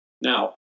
Now